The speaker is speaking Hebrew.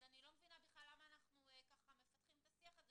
אז אני לא מבינה בכלל למה אנחנו מפתחים את השיח הזה.